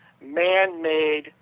man-made